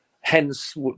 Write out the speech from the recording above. Hence